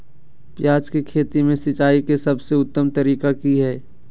प्याज के खेती में सिंचाई के सबसे उत्तम तरीका की है?